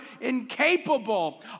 incapable